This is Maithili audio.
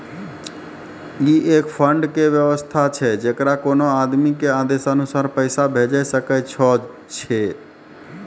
ई एक फंड के वयवस्था छै जैकरा कोनो आदमी के आदेशानुसार पैसा भेजै सकै छौ छै?